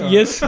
Yes